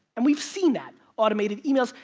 and we've seen that. automated emails.